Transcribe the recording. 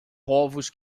povos